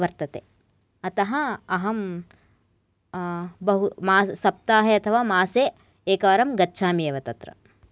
वर्तते अतः अहं बहु मास् सप्ताहे अथवा मासे एकवारं गच्छामि एव तत्र